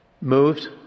Moved